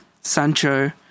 Sancho